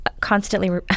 constantly